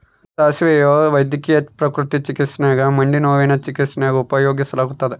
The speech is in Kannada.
ಸಾಸುವೆ ವೈದ್ಯಕೀಯ ಪ್ರಕೃತಿ ಚಿಕಿತ್ಸ್ಯಾಗ ಮಂಡಿನೋವಿನ ಚಿಕಿತ್ಸ್ಯಾಗ ಉಪಯೋಗಿಸಲಾಗತ್ತದ